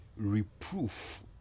reproof